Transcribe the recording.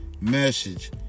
message